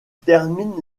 termine